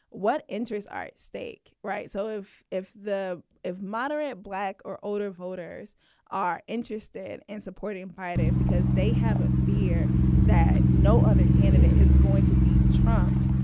what interests are at stake. right. so if if the if moderate, black or older voters are interested in supporting paida because they have a fear that no other candidate is going to beat trump,